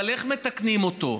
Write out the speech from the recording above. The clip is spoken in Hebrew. אבל איך מתקנים אותו?